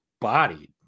bodied